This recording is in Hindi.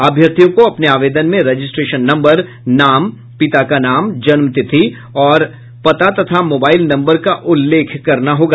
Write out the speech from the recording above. अभ्यर्थियों को अपने आवेदन में रजिस्ट्रेशन नम्बर नाम पिता का नाम जन्मतिथि और पता तथा मोबाईल नम्बर का उल्लेख करना होगा